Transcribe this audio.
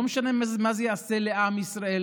לא משנה מה זה יעשה לעם ישראל,